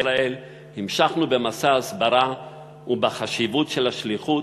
המשכנו במסע ההסברה ובחשיבות של השליחות,